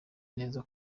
neza